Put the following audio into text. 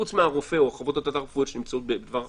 חוץ מהרופא או חוות הדעת הרפואיות שנמצאות בדבר החקיקה?